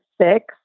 six